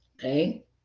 okay